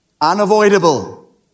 unavoidable